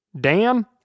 Dan